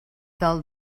del